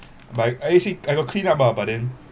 but I actually I got clean up ah but then